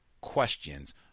questions